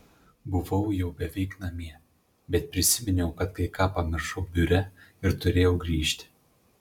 buvau jau beveik namie bet prisiminiau kad kai ką pamiršau biure ir turėjau grįžti